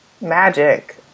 Magic